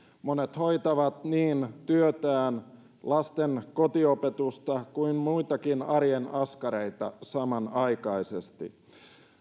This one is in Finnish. monet hoitavat niin työtään lasten kotiopetusta kuin muitakin arjen askareita samanaikaisesti